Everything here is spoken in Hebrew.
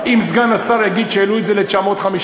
אם סגן השר יגיד שהעלו את זה ל-950,000,